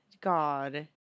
God